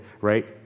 right